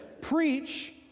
Preach